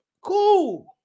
cool